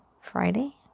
Friday